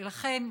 ולכם,